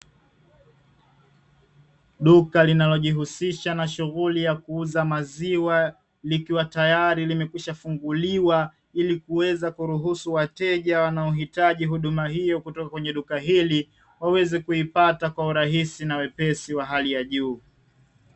Duka linalojihusisha na shughuli ya kuuza maziwa, likiwa tayari limesha kwisha funguliwa ili kuweza kuruhusu wateja wanaohitaji huduma hiyo kutoka kwenye duka hili, waweze kuipata kwa urahisi na wepesi wa hali ya juu.